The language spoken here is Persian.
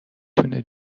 تونه